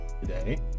today